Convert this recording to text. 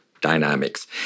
dynamics